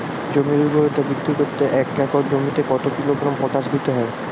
জমির ঊর্বরতা বৃদ্ধি করতে এক একর জমিতে কত কিলোগ্রাম পটাশ দিতে হবে?